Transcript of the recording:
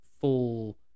full